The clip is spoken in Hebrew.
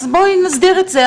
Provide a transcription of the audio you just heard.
אז בואי נסדיר את זה.